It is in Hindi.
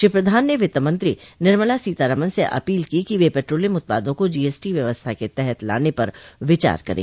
श्री प्रधान ने वित्तमंत्री निर्मला सीतारामन से अपील की कि वे पेट्रोलियम उत्पादों को जीएसटी व्यवस्था के तहत लाने पर विचार करें